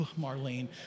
Marlene